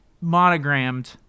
monogrammed